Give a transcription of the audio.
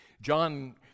John